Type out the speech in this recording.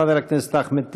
חבר הכנסת אחמד טיבי,